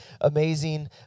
amazing